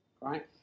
Right